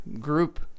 group